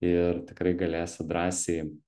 ir tikrai galėsit drąsiai